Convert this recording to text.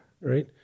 right